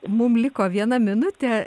mum liko viena minutė